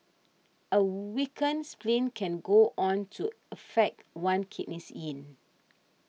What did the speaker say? a weakened spleen can go on to affect one's kidneys yin